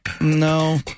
No